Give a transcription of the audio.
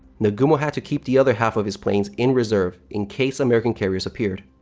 nagumo had to keep the other half of his planes in reserve in case american carriers appeared.